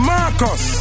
Marcus